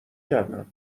کردم